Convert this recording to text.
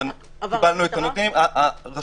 אבל